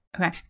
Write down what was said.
Okay